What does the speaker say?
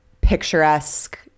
picturesque